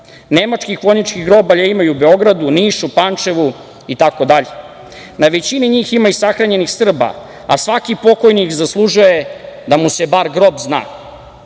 rata. Nemačkih vojničkih grobalja ima i u Beogradu, Nišu, Pančevu i tako dalje. Na većini njih ima i sahranjenih Srba, a svaki pokojnik zaslužuje da mu se bar grob zna.